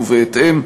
ובהתאם,